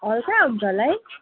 हल्का हुन्छ होला है